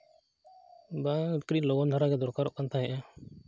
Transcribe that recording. ᱵᱟᱝᱼᱟ ᱠᱟᱹᱴᱤᱡ ᱞᱚᱜᱚᱱ ᱫᱷᱟᱨᱟᱜᱮ ᱫᱚᱨᱠᱟᱨᱚᱜ ᱠᱟᱱ ᱛᱟᱦᱮᱸᱜᱼᱟ